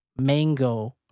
Mango